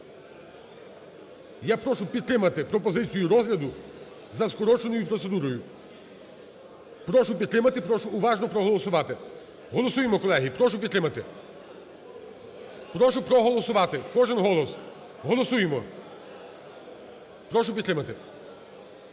я прошу підтримати пропозицію розгляду за скороченою процедурою. Прошу підтримати. Прошу уважно проголосувати. Голосуємо, колеги. Прошу підтримати. Прошу проголосувати. Кожен голос! Голосуємо. Прошу підтримати.